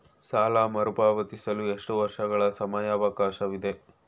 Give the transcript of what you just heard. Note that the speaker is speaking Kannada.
ಸಾಲ ಮರುಪಾವತಿಸಲು ಎಷ್ಟು ವರ್ಷಗಳ ಸಮಯಾವಕಾಶವಿದೆ?